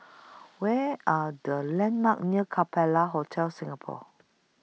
Where Are The landmarks near Capella Hotel Singapore